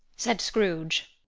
said scrooge.